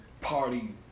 party